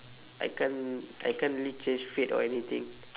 I can't I can't really change fate or anything